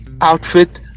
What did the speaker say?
outfit